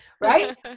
right